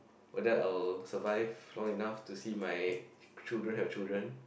whether I will survive long enough to see my children have children